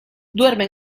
duerme